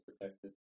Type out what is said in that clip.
protected